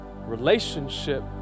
relationship